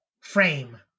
frame